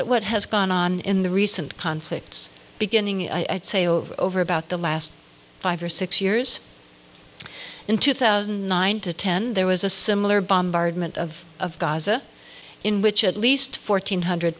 at what has gone on in the recent conflicts beginning i'd say over over about the last five or six years in two thousand and nine to ten there was a similar bombardment of gaza in which at least fourteen hundred